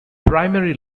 primary